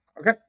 okay